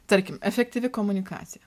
tarkim efektyvi komunikacija